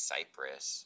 Cyprus